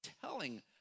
telling